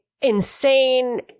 insane